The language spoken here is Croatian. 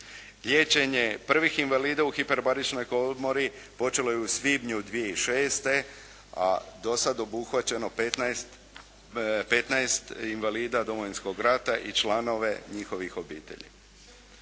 Liječenje prvih invalida u hiperbaričnoj komori počelo je u svibnju 2006. a do sada je obuhvaćeno 15 invalida Domovinskog rata i članove njihovih obitelji.